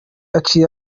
aciye